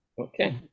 okay